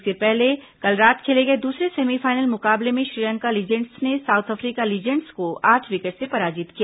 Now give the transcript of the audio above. इससे पहले कल रात खेले गए द्सरे सेमीफाइनल मुकाबले में श्रीलंका लीजेंड्स ने साउथ अफ्रीका लीजेंड्स को आठ विकेट से पराजित किया